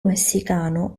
messicano